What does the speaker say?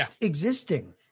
existing